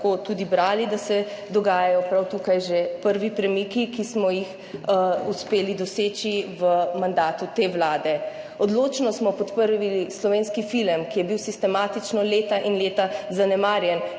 tudi brali, da se dogajajo prav tukaj že prvi premiki, ki smo jih uspeli doseči v mandatu te vlade. Odločno smo podprli slovenski film, ki je bil sistematično leta in leta zanemarjen,